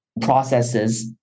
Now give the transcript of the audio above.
processes